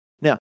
Now